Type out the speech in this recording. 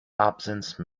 absence